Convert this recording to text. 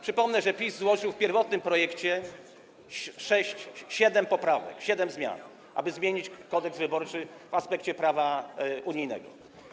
Przypomnę, że PiS złożył w pierwotnym projekcie 7 poprawek, 7 zmian, aby zmienić Kodeks wyborczy w aspekcie prawa unijnego.